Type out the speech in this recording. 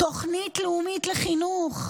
תוכנית לאומית לחינוך.